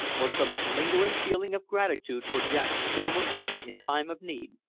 or some lingering feeling of gratitude for jack's former aid in time of need,